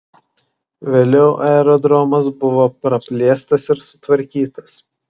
vėliau aerodromas buvo praplėstas ir sutvarkytas